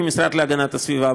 כמשרד להגנת הסביבה,